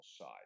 side